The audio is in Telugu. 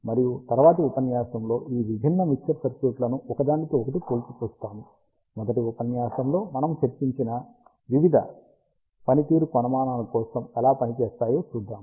మరియు తరువాతి ఉపన్యాసంలో ఈ విభిన్న మిక్సర్ సర్క్యూట్లు ఒకదానితో ఒకటి పోల్చి చూస్తాము మొదటి ఉపన్యాసంలో మనము చర్చించిన వివిధ పనితీరు కొలమానాల కోసం ఎలా పని చేస్తామో చూద్దాం